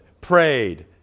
prayed